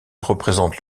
représente